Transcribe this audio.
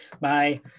Bye